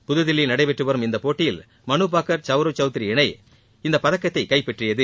புத்தில்லியில் நடைபெற்று வரும் இப்போட்டியில் மனுபாக்கர் சௌரவ் சௌத்ரி இணை இப்பதக்கத்தை கைப்பற்றியது